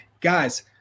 guys